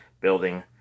building